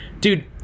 dude